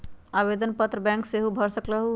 आवेदन पत्र बैंक सेहु भर सकलु ह?